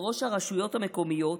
בחוק הרשויות המקומיות